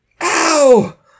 Ow